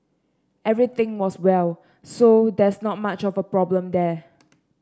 everything was well so there's not much of a problem there